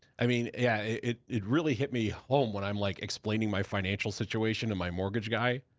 i mean, yeah, it it really hit me home when i'm like, explaining my financial situation to my mortgage guy.